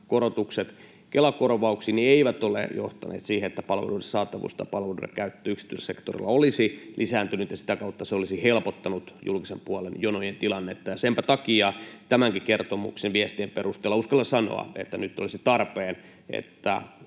korotukset Kela-korvauksiin eivät ole johtaneet siihen, että palveluiden saatavuus tai palveluiden käyttö yksityissektorilla olisi lisääntynyt ja sitä kautta helpottanut julkisen puolen jonojen tilannetta. Senpä takia tämänkin kertomuksen viestien perusteella uskallan sanoa, että nyt olisi tarpeen, että